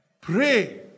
pray